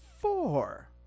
Four